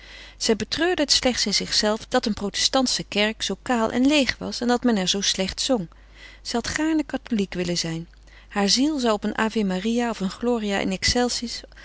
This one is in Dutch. zij betreurde het slechts in zichzelve dat een protestantsche kerk zoo kaal en leeg was en dat men er zoo slecht zong zij had gaarne katholiek willen zijn hare ziel zou op een ave maria of een gloria in excelsis